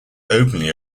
openly